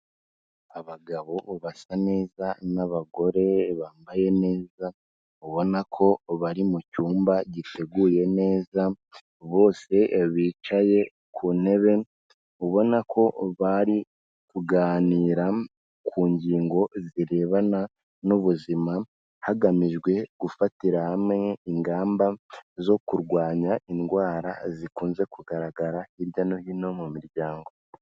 Abagabo basa neza n'abagore bambaye neza ubona ko bari mu cyumba giteguye neza, bose bicaye ku ntebe ubona ko bari kuganira ku ngingo zirebana n'ubuzima, hagamijwe gufatira hamwe ingamba zo kurwanya indwara zikunze kugaragara hirya no hino mu miryango.